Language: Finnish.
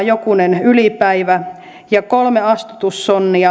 jokunen ylipäivä ja kolmen astutussonnin